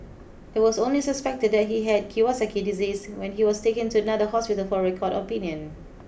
it was only suspected that he had Kawasaki disease when he was taken to another hospital for a second opinion